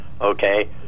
Okay